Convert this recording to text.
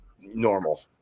normal